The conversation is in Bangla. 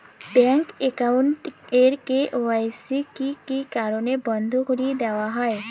ব্যাংক একাউন্ট এর কে.ওয়াই.সি কি কি কারণে বন্ধ করি দেওয়া হয়?